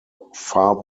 far